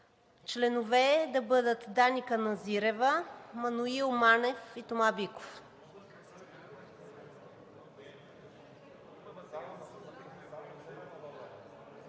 членове да бъдат Дани Каназирева, Маноил Манев и Тома Биков.